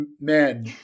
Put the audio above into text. men